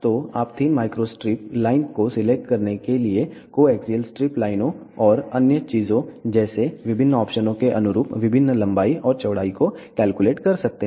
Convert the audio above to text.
तो आप thin micro stripline को सिलेक्ट करने के लिए कोएक्सियल स्ट्रिप लाइनों और अन्य चीजों जैसे विभिन्न ऑप्शनों के अनुरूप विभिन्न लंबाई और चौड़ाई को कैलकुलेट कर सकते हैं